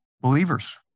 Believers